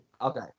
Okay